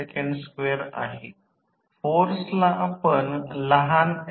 तर मला ऑटोट्रान्सफॉर्मर चे एक उदाहरण सांगा जिथे ऑटोट्रान्सफॉर्मर वापरले जात आहे